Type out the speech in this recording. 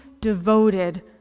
devoted